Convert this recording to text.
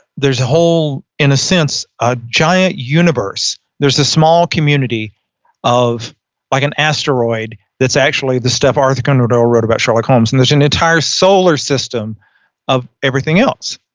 there's a whole in a sense, a giant universe. there's a small community of like an asteroid, that's actually the stuff arthur conan doyle wrote about sherlock holmes and there's an entire solar system of everything else.